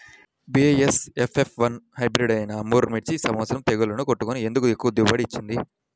BASF F one hybrid అయినా Armour మిర్చి ఈ సంవత్సరం తెగుళ్లును తట్టుకొని ఎందుకు ఎక్కువ దిగుబడి ఇచ్చింది?